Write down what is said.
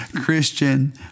Christian